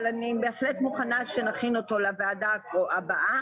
אבל אני מוכנה שנכין אותו לדיון הבא של הוועדה.